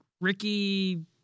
Ricky